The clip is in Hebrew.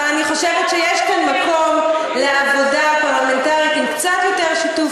אבל אני חושבת שיש כאן מקום לעבודה פרלמנטרית עם קצת יותר שיתוף